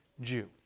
Jew